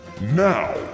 Now